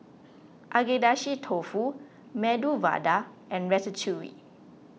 Agedashi Dofu Medu Vada and Ratatouille